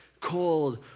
cold